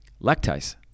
lactase